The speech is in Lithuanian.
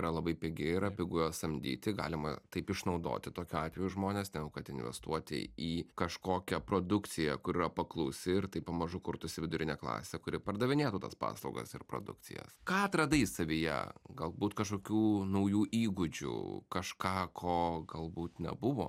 yra labai pigi yra pigu ją samdyti galima taip išnaudoti tokiu atveju žmones negu kad investuoti į kažkokią produkciją kuri yra paklausi ir taip pamažu kurtųsi vidurinė klasė kuri pardavinėtų tas paslaugas ir produkcijas ką atradai savyje galbūt kažkokių naujų įgūdžių kažką ko galbūt nebuvo